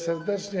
serdecznie.